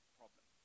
problem